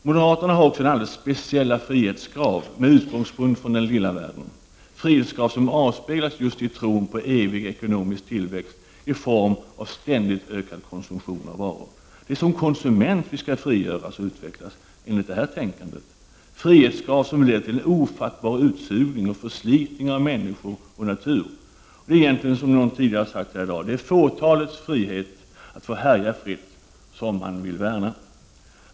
Moderaterna har alldeles speciella frihetskrav med utgångspunkt från den lilla världen, frihetskrav som avspeglas i tron på evig ekonomisk tillväxt i form av ständigt ökad konsumtion av varor. Det är som konsumenter vi skall frigöras och utvecklas, enligt detta tänkande. Det är frihetskrav som leder till en ofattbar utsugning och förslitning av människor och natur. Som någon sade tidigare: Det är fåtalets frihet att få härja fritt som man vill värna.